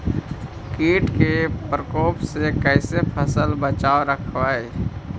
कीट के परकोप से कैसे फसल बचाब रखबय?